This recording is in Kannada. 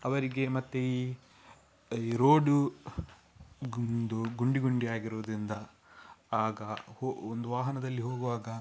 ಅವರಿಗೆ ಮತ್ತೆ ಈ ರೋಡು ಒಂದು ಗುಂಡಿಗುಂಡಿ ಆಗಿರೋದರಿಂದ ಆಗ ಒಂದು ವಾಹನದಲ್ಲಿ ಹೋಗುವಾಗ